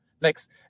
next